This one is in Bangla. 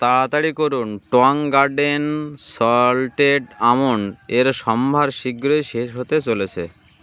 তাড়াতাড়ি করুন টং গার্ডেন সল্টেড আমন্ড এর সম্ভার শীঘ্রই শেষ হতে চলেছে